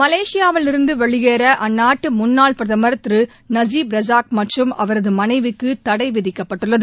மலேசியாவிலிருந்து வெளியேற அந்நாட்டு முன்னாள் பிரதமர் திரு நஜி ரஜாக் மற்றும் அவரது மனைவிக்கு தடை விதிக்கப்பட்டுள்ளது